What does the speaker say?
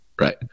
right